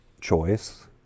choice